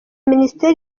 minisiteri